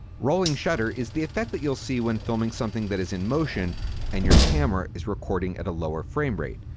rolling shutter is the effect that you'll see when filming something that is in motion and your camera is recording at a lower frame rate.